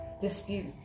dispute